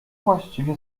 właściwie